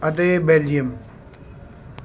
ਅਤੇ ਬੈਲਜੀਅਮ